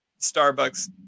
Starbucks